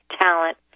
talent